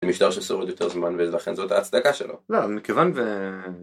משטר ששורד יותר זמן ולכן זאת ההצדקה שלו. לא, אבל מכיוון ו...